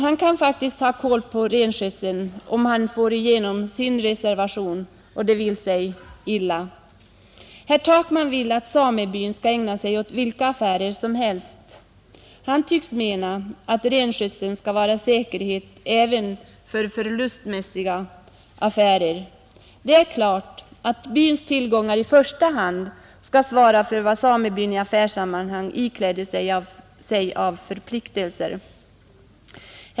Han kan faktiskt ta kål på renskötseln, om hans reservation bifalles och om det vill sig illa. Herr Takman vill att samebyn skall kunna ägna sig åt vilka affärer som helst. Han tycks mena att renskötseln skall vara säkerhet även för förlustmässiga affärer. Det är klart att byns tillgångar i första hand skall svara för de förpliktelser som samebyn ikläder sig.